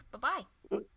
Bye-bye